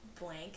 blank